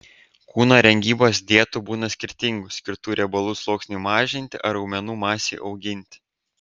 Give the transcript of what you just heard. kūno rengybos dietų būna skirtingų skirtų riebalų sluoksniui mažinti ar raumenų masei auginti